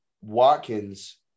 Watkins